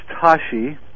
Tashi